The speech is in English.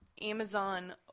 Amazon